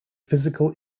physical